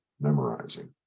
memorizing